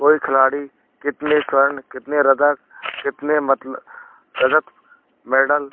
कोई खिलाड़ी कितने स्वर्ण कितने रजक कितने मतलब रजत मेडल